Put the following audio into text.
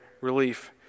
relief